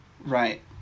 Right